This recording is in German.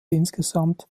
insgesamt